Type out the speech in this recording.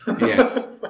Yes